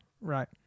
Right